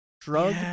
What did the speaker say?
Drug